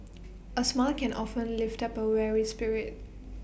A smile can often lift up A weary spirit